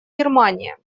германия